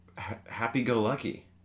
happy-go-lucky